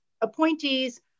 appointees